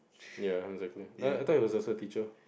ya exactly nah I thought he was also teacher